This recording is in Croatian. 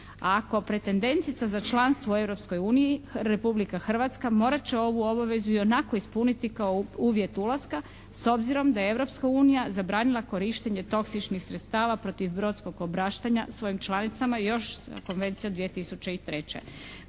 kao pretendentica za članstvo u Europskoj uniji Republika Hrvatska morat će ovu obavezu i onako ispuniti kao uvjet ulaska s obzirom da je Europska unija zabranila korištenje toksičnih sredstava protiv brodskog obraštanja svojim članicama još sa Konvencijom 2003.